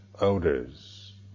odors